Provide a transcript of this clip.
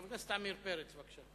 חבר הכנסת עמיר פרץ, בבקשה.